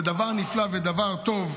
זה דבר נפלא ודבר טוב.